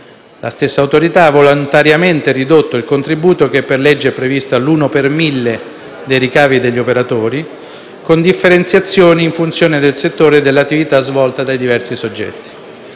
La stessa Autorità ha volontariamente ridotto il contributo, che per legge è previsto all'uno per mille dei ricavi degli operatori, con differenziazioni in funzione del settore dell'attività svolta dai diversi soggetti: